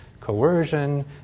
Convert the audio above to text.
coercion